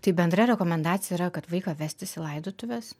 tai bendra rekomendacija yra kad vaiką vestis į laidotuves